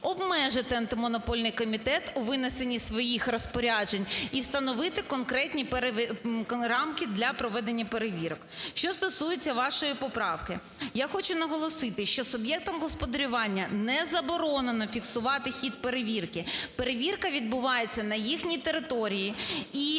обмежити Антимонопольний комітет у визначенні своїх розпоряджень і встановити конкретні рамки для проведення перевірок. Що стосується вашої поправки, я хочу наголосити, що суб'єктам господарювання не заборонено фіксувати хід перевірки. Перевірка відбувається на їхній території, і